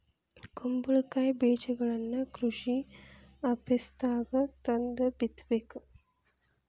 ಕುಂಬಳಕಾಯಿ ಬೇಜಗಳನ್ನಾ ಕೃಷಿ ಆಪೇಸ್ದಾಗ ತಂದ ಬಿತ್ತಬೇಕ